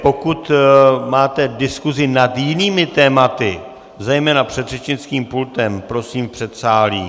Pokud máte diskusi nad jinými tématy, zejména před řečnickým pultem, prosím v předsálí.